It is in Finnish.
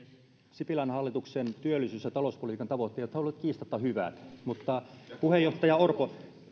sipilän hallituksen työllisyys ja talouspolitiikan tavoitteethan olivat kiistatta hyvät mutta puheenjohtaja orpo